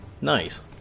Nice